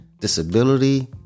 Disability